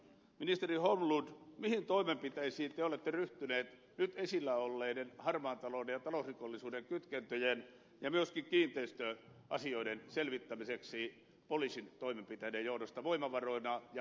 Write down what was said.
ministeri holmlund mihin toimenpiteisiin te olette ryhtynyt nyt esillä olleiden harmaan talouden ja talousrikollisuuden kytkentöjen ja myöskin kiinteistöasioiden selvittämiseksi poliisin toimenpiteiden avulla eli poliisin voimavaroilla ja panostuksella